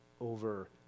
over